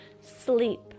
sleep